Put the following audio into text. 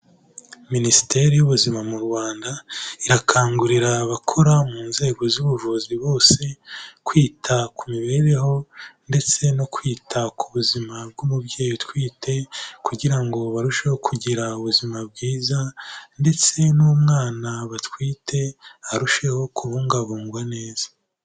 Minisiteri y'ubuzima mu Rwanda irakangurira abakora mu nzego z'ubuvuzi bose kwita ku mibereho ndetse no kwita ku buzima bw'umubyeyi utwite kugira ngo barusheho kugira ubuzima bwiza ndetse n'umwana batwite arusheho kubungabungwa neza.